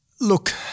Look